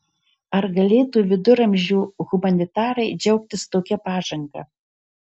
ar galėtų viduramžių humanitarai džiaugtis tokia pažanga